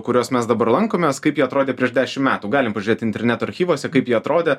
kuriuos mes dabar lankomės kaip jie atrodė prieš dešim metų galim pažiūrėt interneto archyvuose kaip jie atrodė